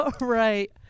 right